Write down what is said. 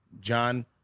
John